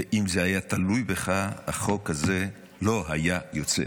ואם זה היה תלוי בך, החוק הזה לא היה יוצא.